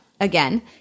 again